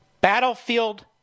Battlefield